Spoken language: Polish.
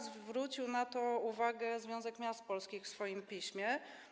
Zwrócił na to uwagę Związek Miast Polskich w swoim piśmie.